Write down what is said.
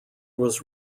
was